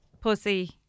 pussy